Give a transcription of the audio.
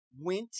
went